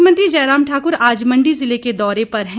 मुख्यमंत्री जयराम ठाकुर आज मंडी ज़िले के दौरे पर हैं